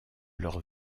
leurs